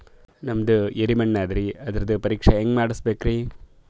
ನಮ್ದು ಎರಿ ಮಣ್ಣದರಿ, ಅದರದು ಪರೀಕ್ಷಾ ಹ್ಯಾಂಗ್ ಮಾಡಿಸ್ಬೇಕ್ರಿ?